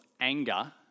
anger